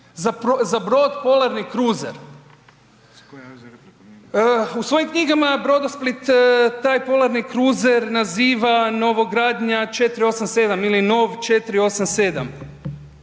za brod polarni kruzer. U svojim knjigama Brodosplit taj polarni kruzer naziva novogradnja 487 ili nov 487.